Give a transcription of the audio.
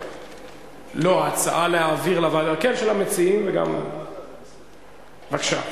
ההצעה להעביר, של המציעים, וגם, בבקשה.